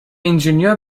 ingenieur